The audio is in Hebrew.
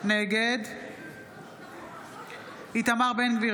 נגד איתמר בן גביר,